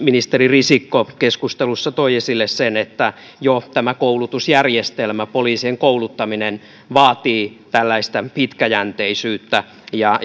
ministeri risikko keskustelussa toi esille sen että jo tämä koulutusjärjestelmä poliisien kouluttaminen vaatii pitkäjänteisyyttä ja